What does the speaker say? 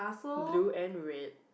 blue and red